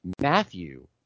Matthew